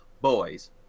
boys